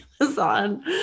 Amazon